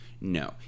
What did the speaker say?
no